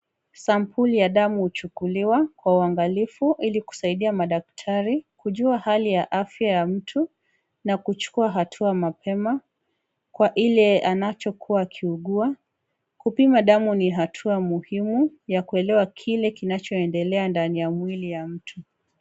Sampuli ya damu huchukuliwa kwa uangalifu ili kusaidia madaktari kujua hali ya afya ya mtu na kuchukua hatua mapema kwa ile anachokuwa akiugua. Kupima damu ni hatua muhimu kujua kile kinachoendelea ndani ya mwili ya mtu.